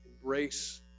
embrace